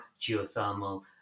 geothermal